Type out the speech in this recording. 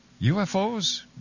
UFOs